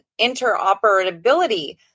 interoperability